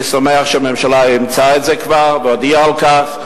אני שמח שהממשלה אימצה את זה כבר והודיעה על כך.